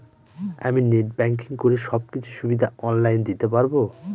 আমি net banking করে সব কিছু সুবিধা অন লাইন দিতে পারবো?